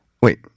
Wait